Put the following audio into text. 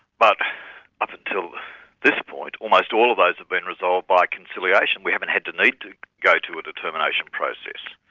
but up until this point, almost all of those have been resolved by conciliation, we haven't had the need to go to a determination process.